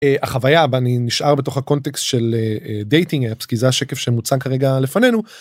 החוויה, ואני נשאר בתוך הקונטקסט של Dating apps כי זה השקף שמוצג כרגע לפנינו..